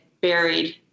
buried